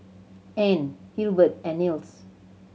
Anne Hilbert and Nils